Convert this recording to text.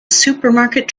supermarket